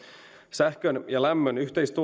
sähkön ja lämmön yhteistuotanto on